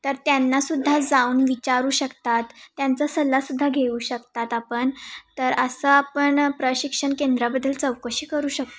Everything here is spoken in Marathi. तर त्यांनासुद्धा जाऊन विचारू शकतात त्यांचा सल्लासुद्धा घेऊ शकतात आपण तर असं आपण प्रशिक्षण केंद्राबद्दल चौकशी करू शकतो